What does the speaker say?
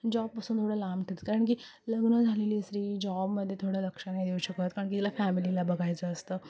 जॉबपासून थोडं लांब ठेच कारण की लग्न झालेली स्त्री जॉबमध्ये थोडं लक्ष नाही देऊ शकत कारण की तिला फॅमिलीला बघायचं असतं